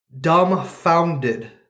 dumbfounded